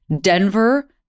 Denver